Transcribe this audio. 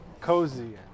cozy